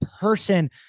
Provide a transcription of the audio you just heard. person